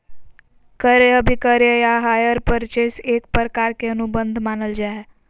क्रय अभिक्रय या हायर परचेज एक प्रकार के अनुबंध मानल जा हय